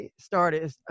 started